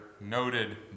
noted